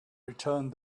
returned